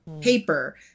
paper